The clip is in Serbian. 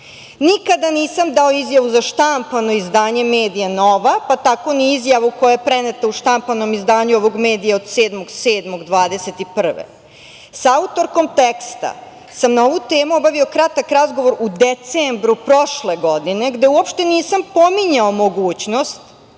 „Nikada nisam dao izjavu za štampano izdanje medija „Nova“, pa tako ni izjavu koja je preneta u štampanom izdanju ovog medija od 7. jula 2021. godine. Sa autorkom teksta sam na ovu temu obavio kratak razgovor u decembru prošle godine gde uopšte nisam pominjao mogućnost